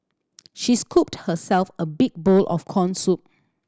she scooped herself a big bowl of corn soup